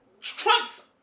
Trump's